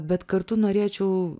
bet kartu norėčiau